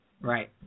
Right